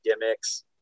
gimmicks